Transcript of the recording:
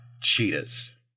Cheetahs